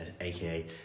AKA